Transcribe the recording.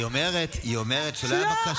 היא אומרת שלא הייתה בקשה,